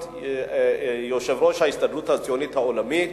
ליושב-ראש ההסתדרות הציונית העולמית.